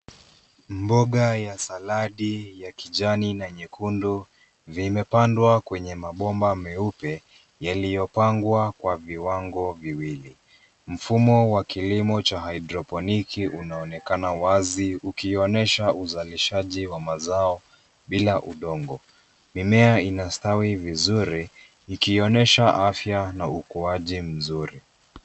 Mboga ya saladi ya kijani na nyekundu vimepandwa kwenye mabomba meupe yaliyopangwa kwa viwango viwili, mfumo wa kilimo cha hydroponiki unaonekana wazi ukionyesha uzalishaji wa mazao bila udongo, mimea ina stawi vizuri ikionyesha afya na ukuaji mzuri.